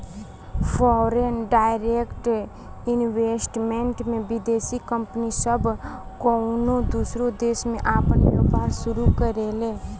foreign direct investment में विदेशी company सब कउनो दूसर देश में आपन व्यापार शुरू करेले